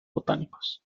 botánicos